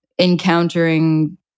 encountering